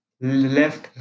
left